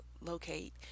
locate